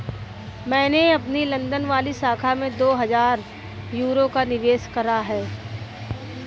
मैंने अपनी लंदन वाली शाखा में दो हजार यूरो का निवेश करा है